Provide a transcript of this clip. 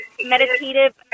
meditative